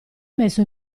messo